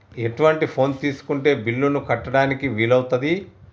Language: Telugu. ఎటువంటి ఫోన్ తీసుకుంటే బిల్లులను కట్టడానికి వీలవుతది?